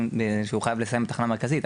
שהוא חייב לסיים בתחנה מרכזית,